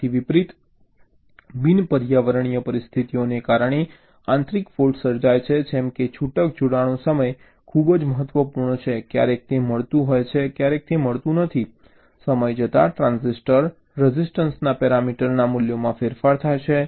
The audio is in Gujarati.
તેનાથી વિપરિત બિન પર્યાવરણીય પરિસ્થિતિઓને કારણે આંતરિક ફૉલ્ટ્સ સર્જાય છે જેમ કે છૂટક જોડાણો સમય ખૂબ જ મહત્વપૂર્ણ છે ક્યારેક તે મળતું હોય છે ક્યારેક તે મળતું નથી સમય જતાં ટ્રાન્ઝિસ્ટર રઝિસ્ટન્સના પેરામીટર મૂલ્યોમાં ફેરફાર થાય છે